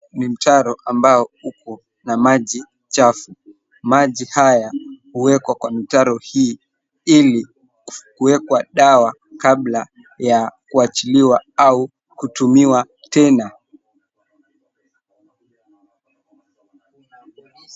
Ni mtaro ambao uko na maji chafu. Maji haya huekwa kwa mitaro hii ili kuwekwa dawa kabla ya kuachiliwa au kutumiwa tena.